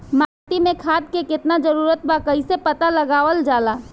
माटी मे खाद के कितना जरूरत बा कइसे पता लगावल जाला?